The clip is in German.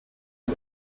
der